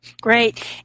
Great